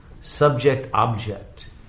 subject-object